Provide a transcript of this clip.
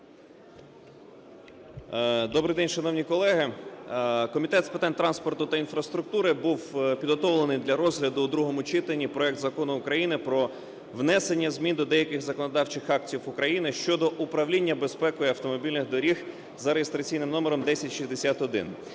Добрий день, шановні колеги. Комітетом з питань транспорту та інфраструктури був підготовлений для розгляду у другому читанні проект Закону України про внесення змін до деяких законодавчих актів України щодо управління безпекою автомобільних доріг за реєстраційним номером 1061.